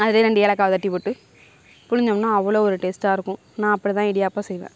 அதிலயே ரெண்டு ஏலக்காயை தட்டி போட்டு புழிஞ்சோம்னா அவ்வளோ ஒரு டேஸ்ட்டாயிருக்கும் நான் அப்படிதான் இடியாப்பம் செய்வேன்